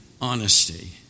honesty